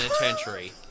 Penitentiary